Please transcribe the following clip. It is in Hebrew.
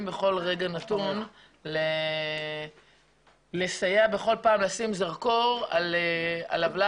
בכל רגע נתון לסייע וכל פעם לשים זרקור על עוולה